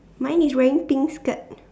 mine is wearing pink skirt